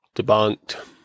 debunked